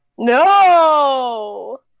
No